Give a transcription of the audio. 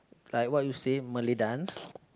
like what you say Malay dance